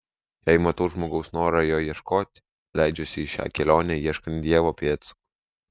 jei matau žmogaus norą jo ieškoti leidžiuosi į šią kelionę ieškant dievo pėdsakų